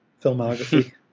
filmography